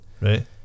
Right